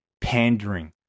pandering